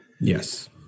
Yes